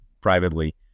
privately